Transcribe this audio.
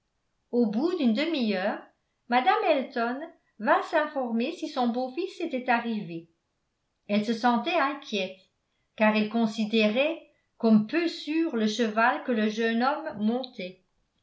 au bout d'une demi-heure mme elton vint s'informer si son beau-fils était arrivé elle se sentait inquiète car elle considérait comme peu sûr le cheval que le jeune homme montait